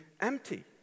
empty